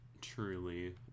truly